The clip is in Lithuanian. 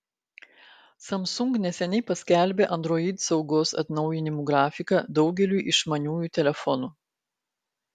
samsung neseniai paskelbė android saugos atnaujinimų grafiką daugeliui išmaniųjų telefonų